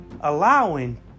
allowing